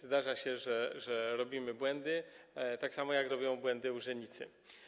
Zdarza się, że robimy błędy, tak samo jak robią błędy urzędnicy.